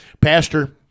pastor